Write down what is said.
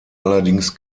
allerdings